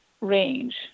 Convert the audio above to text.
range